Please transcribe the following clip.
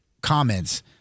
comments